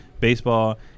baseball